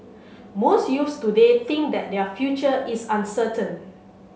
most youths today think that their future is uncertain